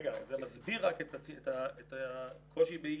זה מסביר את הקושי באיוש,